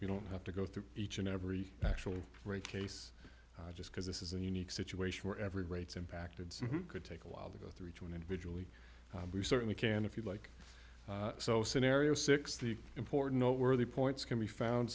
you don't have to go through each and every actual rape case just because this is a unique situation where every rates impacted could take a while to go through each one individually we certainly can if you like so scenario six the important what were the points can be found